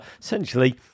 essentially